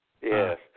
Yes